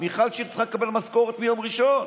מיכל שיר צריכה לקבל משכורת מיום ראשון.